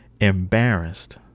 embarrassed